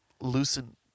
loosen